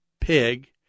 pig